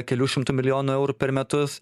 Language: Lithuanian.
kelių šimtų milijonų eurų per metus